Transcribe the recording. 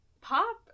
Pop